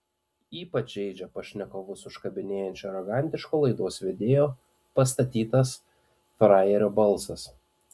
ypač žeidžia pašnekovus užkabinėjančio arogantiško laidos vedėjo pastatytas frajerio balsas